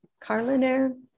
Carliner